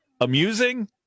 amusing